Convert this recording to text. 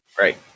Right